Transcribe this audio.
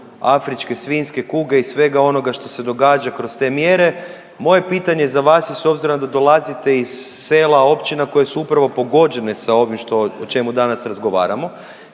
afričke svinjske kuge i svega onoga što se događa kroz te mjere. Moje pitanje za vas je, s obzirom da dolazite iz sela, općina koje su upravo pogođene sa ovim što, o čemu danas razgovaramo,